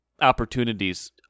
opportunities